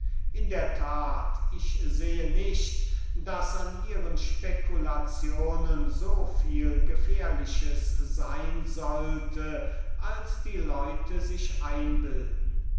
in der tat ich sehe nicht daß an ihrer philosophie so viel gefährliches sein sollte als die leute sich einbilden